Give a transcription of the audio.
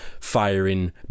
firing